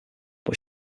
but